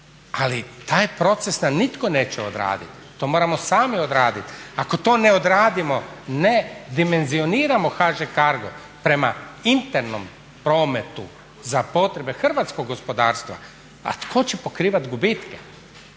ali taj proces nam nitko neće odraditi, to moramo sami odraditi. Ako to ne odradimo ne dimenzioniramo HŽ CARGO prema internom prometu za potrebe hrvatskog gospodarstva a tko će pokrivati gubitke.